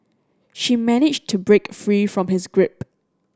she managed to break free from his grip